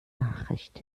nachricht